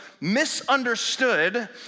misunderstood